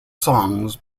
songs